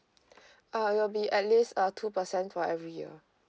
uh it will be at least uh two percent for every year